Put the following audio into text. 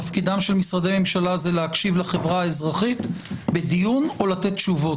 תפקידם של משרדי ממשלה להקשיב לחברה האזרחית בדיון או לתת תשובות?